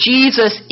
Jesus